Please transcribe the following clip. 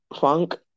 Funk